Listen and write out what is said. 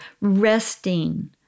resting